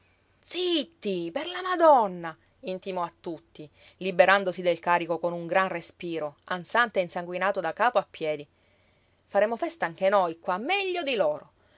zitti per la madonna intimò a tutti liberandosi del carico con un gran respiro ansante e insanguinato da capo a piedi faremo festa anche noi qua meglio di loro